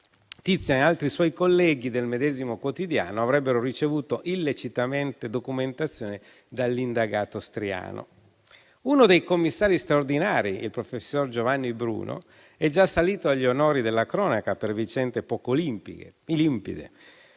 costui e altri suoi colleghi del medesimo quotidiano avrebbero ricevuto illecitamente documentazione dall'indagato Striano. Uno dei commissari straordinari, il professor Giovanni Bruno, è già salito agli onori della cronaca per vicende poco limpide,